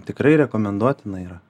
tikrai rekomenduotina yra